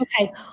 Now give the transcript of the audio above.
Okay